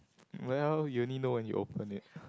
well you only know when you open it